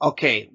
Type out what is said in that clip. Okay